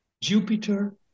Jupiter